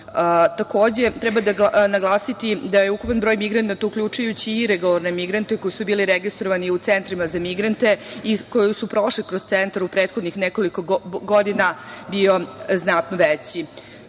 azil. Takođe, treba naglasiti da je ukupan broj migranata, uključujući i ilegalne migrante koji su bili registrovani u centrima za migrante i koji su prošli kroz centar u prethodnih nekoliko godina bio znatno veći. Tokom